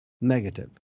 negative